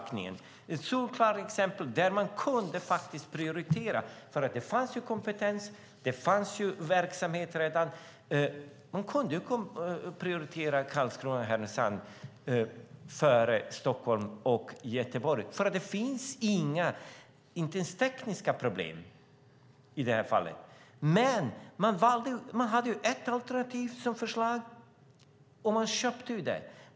Det är ett solklart exempel där man faktiskt kunde ha prioriterat. Det fanns kompetens. Det fanns redan verksamhet. Man kunde ha prioriterat Karlskrona och Härnösand före Stockholm och Göteborg, för det fanns inte ens tekniska problem i det här fallet. Men man hade bara ett alternativ som förslag, och man köpte det.